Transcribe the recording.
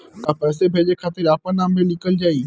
का पैसा भेजे खातिर अपने नाम भी लिकल जाइ?